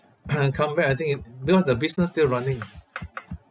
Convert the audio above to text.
come back I think it because the business still running